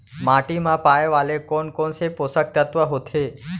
माटी मा पाए वाले कोन कोन से पोसक तत्व होथे?